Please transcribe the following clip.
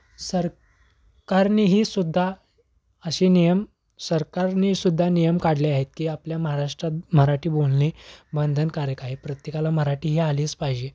सरकारनी हीसुद्धा असे नियम सरकारनी सुद्धा नियम काढले आहेत की आपल्या महाराष्ट्रात मराठी बोलणे बंधनकारक आहे प्रत्येकाला मराठी ही आलीच पाहिजे